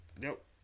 Nope